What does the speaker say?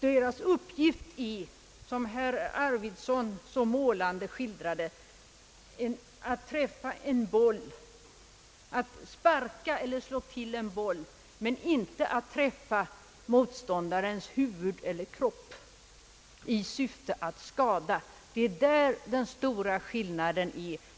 Deras uppgift är, som herr Arvidson så målande uttryckte sig, att slå till eller sparka en boll eller en puck men inte att träffa motståndarens huvud eller kropp i syfte att skada. Det är där den stora skillnaden ligger.